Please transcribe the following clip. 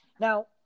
now